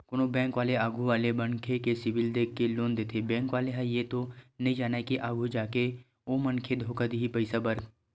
कोनो बेंक वाले आघू वाले मनखे के सिविल देख के लोन देथे बेंक वाले ह ये तो नइ जानय के आघु जाके ओ मनखे धोखा दिही पइसा बर